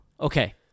Okay